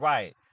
Right